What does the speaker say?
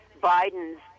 Biden's